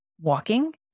walking